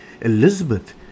Elizabeth